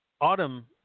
Autumn